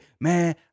man